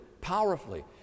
powerfully